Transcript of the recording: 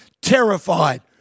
Terrified